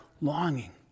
longing